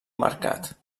mercat